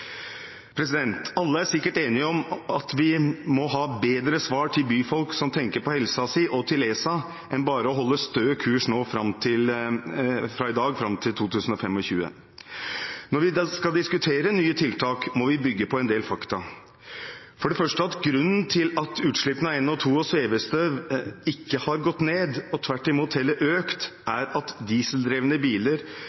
Alle er sikkert enige om at vi må ha bedre svar til byfolk som tenker på helsen sin, og til ESA, enn bare å holde stø kurs fra i dag og fram til 2025. Når vi skal diskutere nye tiltak, må vi bygge på en del fakta. For det første: Grunnen til at utslippene av NO2 og svevestøv ikke har gått ned og tvert imot heller har økt,